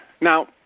Now